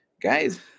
Guys